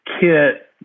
kit